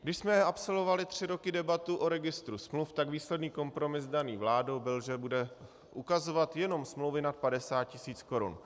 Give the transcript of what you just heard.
Když jsme absolvovali tři roky debatu o registru smluv, tak výsledný kompromis daný vládou byl, že bude ukazovat jenom smlouvy nad 50 tisíc korun.